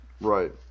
Right